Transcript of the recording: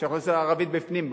כשהאוכלוסייה הערבית בפנים,